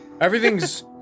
Everything's